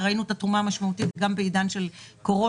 וגם ראינו את התרומה המשמעותית בעידן של הקורונה,